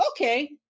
okay